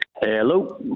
Hello